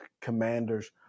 commanders